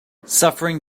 suffering